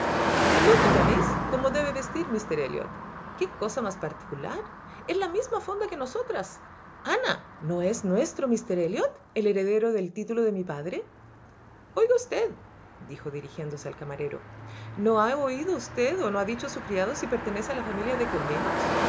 de luto ya veis como debe vestir míster elliot qué cosa más particular en la misma fonda que nosotras ana no es nuestro míster elliot el heredero del título de mi padre oiga usteddijo dirigiéndose al camarero no ha oído usted o no ha dicho su criado si pertenece a la familia de